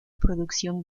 producción